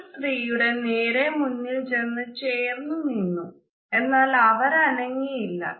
ഒരു സ്ത്രീയുടെ നേരെ മുന്നിൽ ചെന്ന് ചേർന്നു നിന്നു എന്നാൽ അവർ അനങ്ങിയില്ല